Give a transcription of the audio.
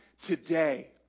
today